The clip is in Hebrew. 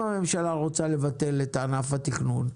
אם הממשלה רוצה לבטל את ענף התכנון,